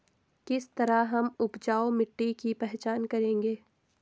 किस तरह हम उपजाऊ मिट्टी की पहचान करेंगे?